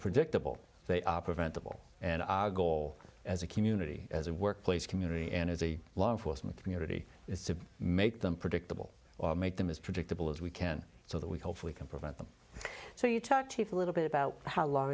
predictable they are preventable and our goal as a community as a workplace community and as a law enforcement community is to make them predictable or make them as predictable as we can so that we hopefully can prevent them so you talk to a little bit about how law